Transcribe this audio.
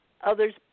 others